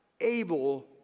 able